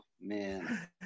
man